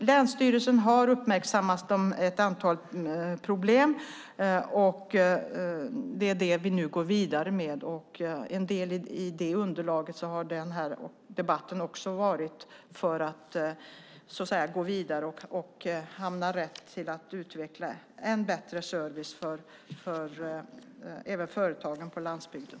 Länsstyrelsen har uppmärksammat ett antal problem. Det är det vi nu går vidare med. Den här debatten har varit en del i underlaget för att kunna gå vidare och hamna rätt när det gäller att utveckla ännu bättre service även för företagen på landsbygden.